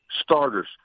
starters